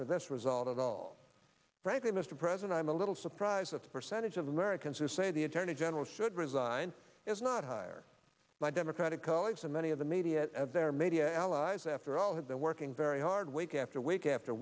for this result of all frankly mr president i'm a little surprised that the percentage of americans who say the attorney general should resign is not hire my democratic colleagues and many of the media of their media allies after all have been working very hard week after week after